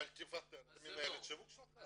אז תפטר את מנהלת השיווק שלך.